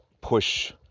push